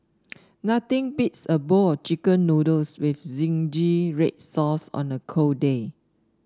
nothing beats a bowl of chicken noodles with zingy red sauce on a cold day